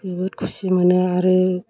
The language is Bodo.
जोबोद खुसि मोनो आरो